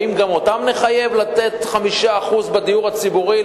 האם גם אותם נחייב לתת 5% לדיור הציבורי,